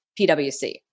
PwC